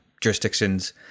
jurisdictions